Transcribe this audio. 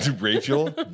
Rachel